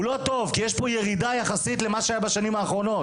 הוא לא טוב כי יש פה ירידה יחסית למה שהיה בשנים האחרונות.